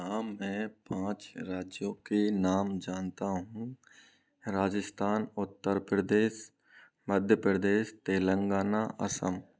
हाँ मैं पाँच राज्यों के नाम जानता हूँ राजस्थान उत्तरप्रदेश मध्यप्रदेश तेलंगना असम